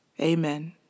Amen